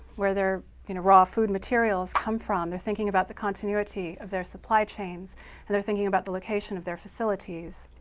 where their raw food materials come from. they're thinking about the continuity of their supply chains and they're thinking about the location of their facilities.